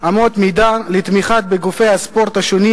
אמות מידה לתמיכה בגופי הספורט השונים